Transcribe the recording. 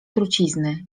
trucizny